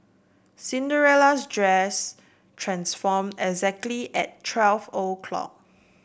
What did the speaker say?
Cinderella's dress transform exactly at twelve o'clock